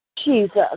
Jesus